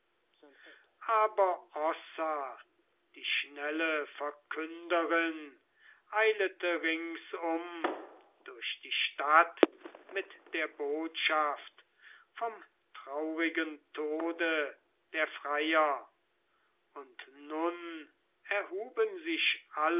aber ossa die schnelle verkünderin eilete ringsum durch die stadt mit der botschaft vom traurigen tode der freier und nun erhuben sich